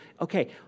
okay